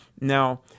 Now